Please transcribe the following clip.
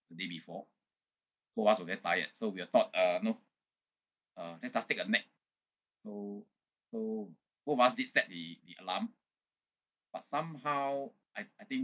the day before so us were very tired so we uh thought uh you know uh let's just take a nap so so both of us did set the the alarm but somehow I I think